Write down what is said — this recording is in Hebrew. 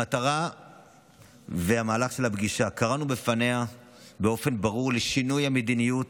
המטרה והמהלך של הפגישה: קראנו לה באופן ברור לשינוי המדיניות